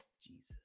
Jesus